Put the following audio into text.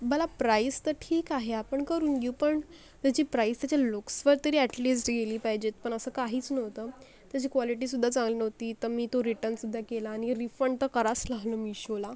मला प्राईज तर ठीक आहे आपण करून घेऊ पण त्याची प्राईज त्याच्या लुक्सवर तरी ॲटलिस्ट गेली पाहिजेत पण असं काहीच नव्हतं त्यांची क्वालिटीसुद्धा चांगली नव्हती तर मी तो रिटर्नसुद्धा केला आणि रिफंड करावाच लागला मीशोला